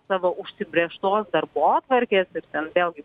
savo užsibrėžtos darbotvarkės ir ten vėlgi